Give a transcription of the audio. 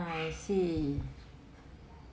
I see